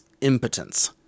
impotence